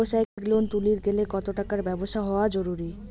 ব্যবসায়িক লোন তুলির গেলে কতো টাকার ব্যবসা হওয়া জরুরি?